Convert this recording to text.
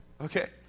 okay